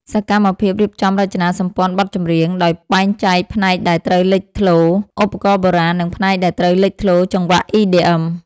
សកម្មភាពរៀបចំរចនាសម្ព័ន្ធបទចម្រៀង ដោយបែងចែកផ្នែកដែលត្រូវលេចធ្លោឧបករណ៍បុរាណ និងផ្នែកដែលត្រូវលេចធ្លោចង្វាក់ EDM។